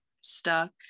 stuck